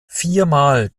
viermal